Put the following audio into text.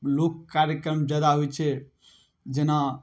लोक कार्यक्रम ज्यादा होइ छै जेना